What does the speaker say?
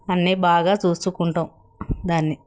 అన్నీ బాగా చూసుకుంటాం దాన్ని